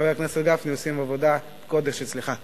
חבר הכנסת גפני, עושים עבודת קודש אצלך.